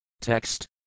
Text